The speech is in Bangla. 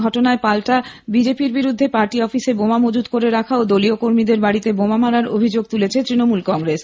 ঘটনায় পাল্টা বিজেপির বিরুদ্ধে পার্টি অফিসে বোমা মজুত করে রাখা ও দলীয় কর্মীদের বাড়িতে বোমা মারার অভিযোগ তুলেছে তৃণমূল কংগ্রেস